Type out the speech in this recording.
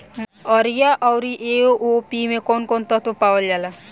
Urea औरी AOP मै कौवन कौवन तत्व पावल जाला?